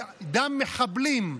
דם מחבלים,